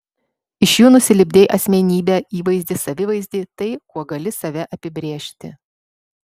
iš jų nusilipdei asmenybę įvaizdį savivaizdį tai kuo gali save apibrėžti